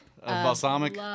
Balsamic